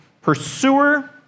pursuer